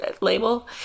label